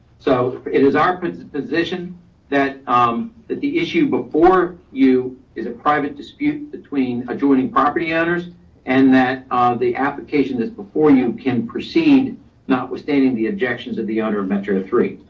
so it is our but position that um that the issue before you is a private dispute between adjoining property owners and that the application that's before you can proceed, not withstanding the objections of the owner of metro three.